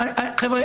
חבר'ה,